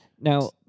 now